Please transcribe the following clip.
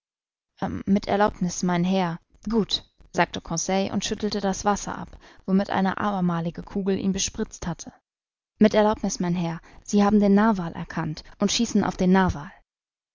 mit erlaubniß mein herr gut sagte conseil und schüttelte das wasser ab womit eine abermalige kugel ihn bespritzt hatte mit erlaubniß mein herr sie haben den narwal erkannt und schießen auf den